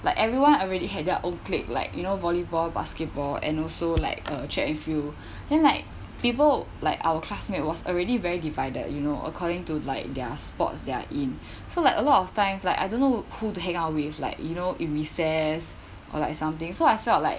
like everyone already had their own clique like you know volleyball basketball and also like uh track and field then like people like our classmate was already very divided you know according to like their sports they're in so like a lot of times like I don't know who to hang out with like you know in recess or like something so I felt like